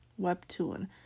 webtoon